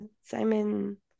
simon